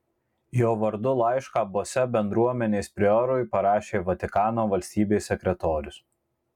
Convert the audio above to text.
jo vardu laišką bose bendruomenės priorui parašė vatikano valstybės sekretorius